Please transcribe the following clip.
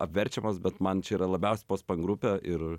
apverčiamas bet man čia yra labiausiai po spa grupė ir